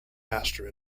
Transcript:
master